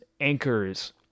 anchors